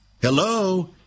Hello